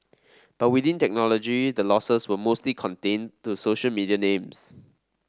but within technology the losses were mostly contained to social media names